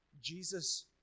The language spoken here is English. Jesus